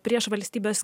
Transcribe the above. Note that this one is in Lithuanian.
prieš valstybes